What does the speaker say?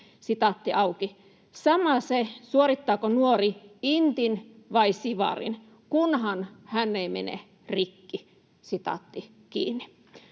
”Sama se, suorittaako nuori intin vai sivarin, kunhan hän ei mene rikki.”